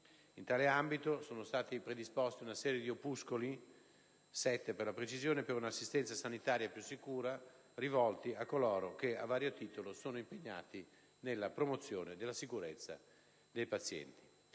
In tale ambito è stata predisposta una serie di opuscoli (7 per la precisione) per un'assistenza sanitaria più sicura; essi sono rivolti a coloro che, a vario titolo, sono impegnati nella promozione della sicurezza dei pazienti.